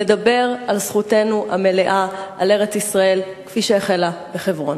לדבר על זכותנו המלאה על ארץ-ישראל כפי שהחלה בחברון.